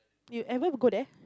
you ever to go there